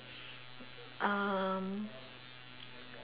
um